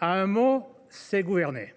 en un mot, c’est gouverner.